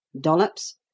Dollops